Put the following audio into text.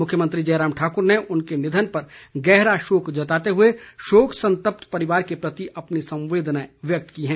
मुख्यमंत्री जयराम ठाकर ने उनके निधन पर गहरा शोक जताते हुए शोक संत्पत परिवार के प्रति अपनी संवेदनाएं व्यक्त की हैं